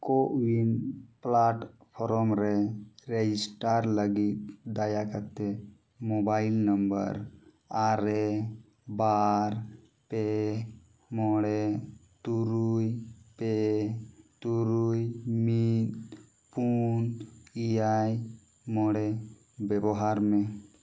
ᱠᱳ ᱩᱭᱤᱱ platform ᱨᱮ ᱨᱮᱡᱤᱥᱴᱟᱨ ᱞᱟᱹᱜᱤᱫ ᱫᱟᱭᱟ ᱠᱟᱛᱮ ᱢᱚᱵᱟᱭᱤᱞ ᱱᱚᱢᱵᱟᱨ ᱟᱨᱮ ᱵᱟᱨ ᱯᱮ ᱢᱚᱬᱮ ᱛᱩᱨᱩᱭ ᱯᱮ ᱛᱩᱨᱩᱭ ᱢᱤᱫ ᱯᱩᱱ ᱮᱭᱟᱭ ᱢᱚᱬᱮ ᱵᱮᱵᱚᱦᱟᱨ ᱢᱮ